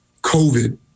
COVID